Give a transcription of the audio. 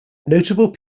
notable